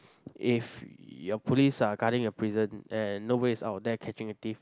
if your police are guarding a prison and nobody is out there catching a thief